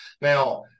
Now